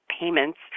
payments